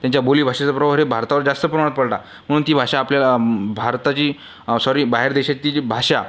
त्यांच्या बोलीभाषेचा प्रभाव भारतावर जास्त प्रमाणात पडला म्हणून ती भाषा आपल्याला भारताची सॉरी बाहेर देशातली जी भाषा किंवा